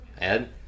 Ed